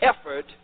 effort